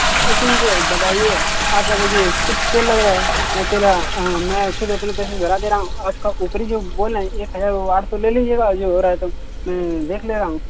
एक चीज़ तो बताइए आपका देखिए सिर्फ तेल लग रहा है मैं तेल मैं खुद अपने पैसे से भरा दे रहा हूँ आपका ऊपरी जो बोन है एक हज़ार आठ सौ वह ले लीजिएगा जो हो रहा है तो देख ले रहा हूँ